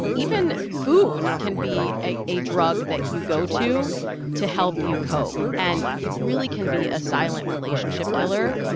even food can be a a drug that you go to to help you cope. and it really can be a silent relationship killer.